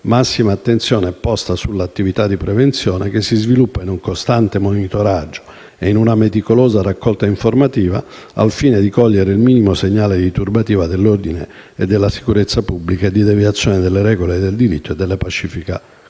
massima attenzione è posta sull'attività di prevenzione, che si sviluppa in un costante monitoraggio e in una meticolosa raccolta informativa, al fine di cogliere il minimo segnale di turbativa dell'ordine e della sicurezza pubblica e di deviazione dalle regole del diritto e della pacifica